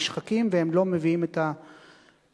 נשחקים והם לא מביאים את התועלת.